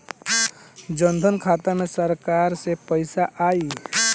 जनधन खाता मे सरकार से पैसा आई?